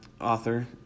author